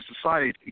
society